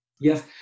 Yes